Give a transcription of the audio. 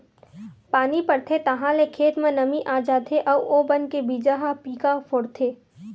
पानी परथे ताहाँले खेत म नमी आ जाथे अउ ओ बन के बीजा ह पीका फोरथे